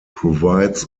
provides